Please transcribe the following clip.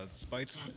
Spike's